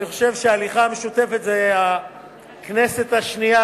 אני חושב שההליכה המשותפת זו הכנסת השנייה